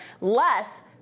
less